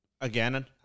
again